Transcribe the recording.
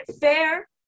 Fair